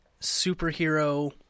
superhero